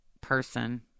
person